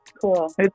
Cool